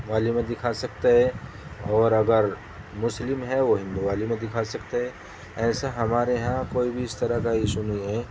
والی میں دکھا سکتا ہے اور اگر مسلم ہے وہ ہندو والی میں دکھا سکتا ہے ایسا ہمارے یہاں کوئی بھی اس طرح کا ایشو نہیں ہے